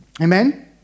Amen